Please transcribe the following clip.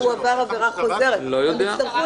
עבר עבירה חוזרת ----- לא יודע.